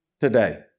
Today